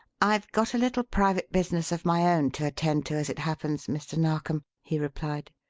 i've got a little private business of my own to attend to, as it happens, mr. narkom, he replied.